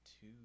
two